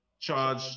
charge